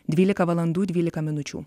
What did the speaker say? dvylika valandų dvylika minučių